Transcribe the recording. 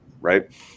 right